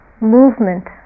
movement